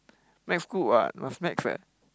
max good [what] must max eh